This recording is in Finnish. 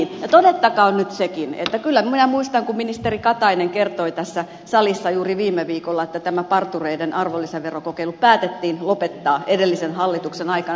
todettakoon nyt sekin että kyllä minä muistan kun ministeri katainen kertoi tässä salissa juuri viime viikolla että tämä partureiden arvonlisäverokokeilu päätettiin lopettaa edellisen hallituksen aikana